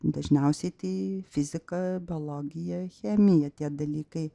dažniausiai tai fizika biologija chemija tie dalykai